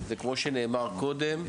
כמו שנאמר קודם,